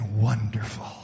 wonderful